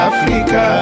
Africa